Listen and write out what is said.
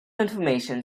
information